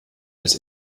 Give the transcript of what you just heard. als